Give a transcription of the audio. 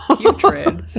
putrid